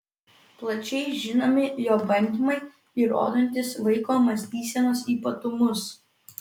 plačiai žinomi jo bandymai įrodantys vaiko mąstysenos ypatumus